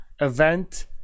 event